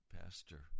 Pastor